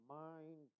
mind